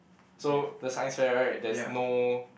so the Science fair right there's no